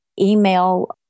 email